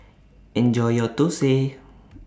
Enjoy your Thosai